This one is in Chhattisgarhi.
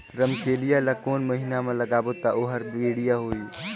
रमकेलिया ला कोन महीना मा लगाबो ता ओहार बेडिया होही?